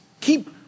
keep